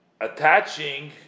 attaching